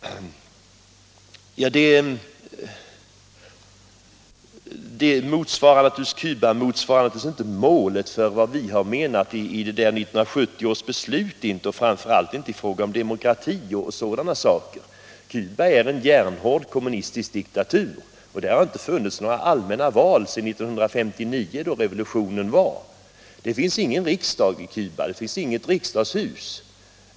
Cuba motsvarar naturligtvis inte vad vi menat i 1970 års beslut, framför allt inte i fråga om demokrati och dylikt. Cuba är en järnhård kommunistisk diktatur, och där har inte hållits några allmänna demokratiska val sedan 1959, då revolutionen ägde rum. Det finns ingen egentlig riksdag i Cuba, det finns inget riksdagshus.